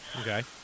Okay